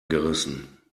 gerissen